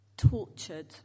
tortured